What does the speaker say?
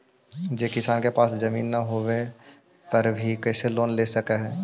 जे किसान के पास जमीन न होवे पर भी कैसे लोन ले सक हइ?